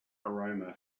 aroma